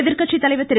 எதிர்கட்சி தலைவர் திரு